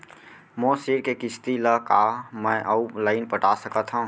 मोर ऋण के किसती ला का मैं अऊ लाइन पटा सकत हव?